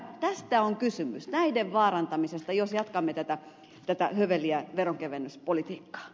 tästä on kysymys näiden vaarantamisesta jos jatkamme tätä höveliä veronkevennyspolitiikkaa